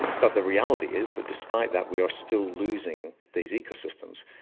but the reality is that despite that we are still losing these ecosystems.